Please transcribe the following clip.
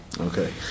Okay